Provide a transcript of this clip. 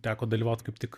teko dalyvaut kaip tik